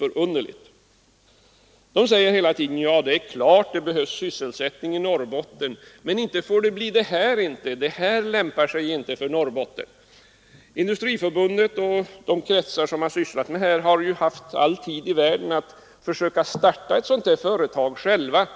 Förbundet säger: Det är klart att det behövs sysselsättning i Norrbotten, men inte får det bli på detta sätt — det lämpar sig inte för Norrbotten. Industriförbundet och de kretsar som sysslat med saken har ju haft all tid i världen på sig att försöka starta ett sådant här företag själva,